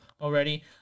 already